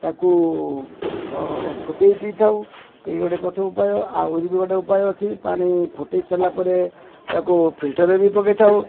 ତାକୁ ଫୁଟେଇ ପିଇଥାଉ ଏଇ ଗୋଟେ ପ୍ରଥମ ଉପାୟ ଆହୁରି ବି ଗୋଟେ ଉପାୟ ଅଛି ପାଣି ଫୁଟେଇ ସାରିଲା ପରେ ତାକୁ ଫିଲ୍ଟର ବି ପକେଇଥାଉ